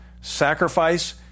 sacrifice